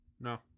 No